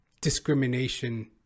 discrimination